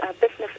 business